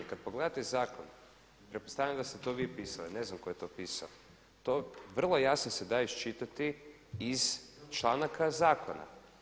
Kada pogledate zakon, pretpostavljam da ste to vi pisali, ne znam tko je to pisao, vrlo jasno se da iščitati iz članaka zakona.